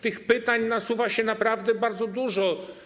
Tych pytań nasuwa się naprawdę bardzo dużo.